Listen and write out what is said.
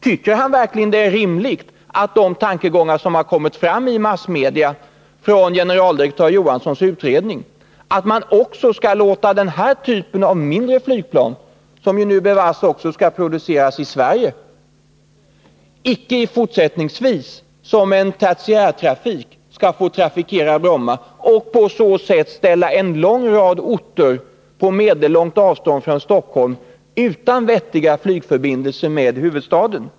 Tycker han verkligen att det är rimligt att ansluta sig till de tankegångar som har återgivits i massmedia från generaldirektör Johanssons utredning att den här typen av mindre flygplan — som ju nu bevars också skall produceras i Sverige — icke fortsättningsvis, som tertiärtrafik, skall få trafikera Bromma? Därigenom blir en lång rad orter på medellångt avstånd från Stockholm utan vettiga flygförbindelser med huvudstaden.